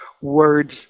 words